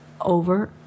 over